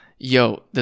Yo